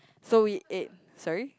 so we ate sorry